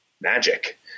magic